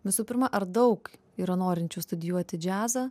visų pirma ar daug yra norinčių studijuoti džiazą